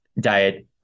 diet